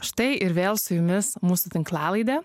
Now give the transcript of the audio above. štai ir vėl su jumis mūsų tinklalaidė